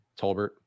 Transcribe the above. Tolbert